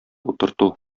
утырту